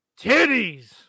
Titties